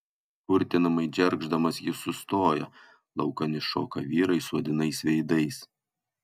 kurtinamai džergždamas jis sustoja laukan iššoka vyrai suodinais veidais